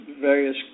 various